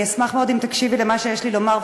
אני אשמח מאוד אם תקשיבי למה שיש לי לומר,